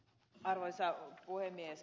arvoisa puhemies